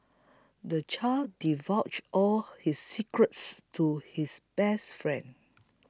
the child divulged all his secrets to his best friend